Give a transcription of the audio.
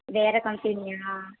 வேற கம்பெனியா